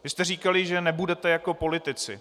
Vy jste říkali, že nebudete jako politici.